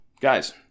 guys